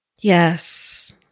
Yes